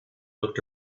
looked